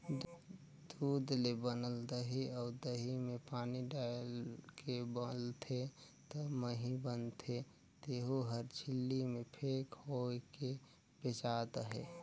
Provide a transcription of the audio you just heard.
दूद ले बनल दही अउ दही में पानी डायलके मथबे त मही बनथे तेहु हर झिल्ली में पेक होयके बेचात अहे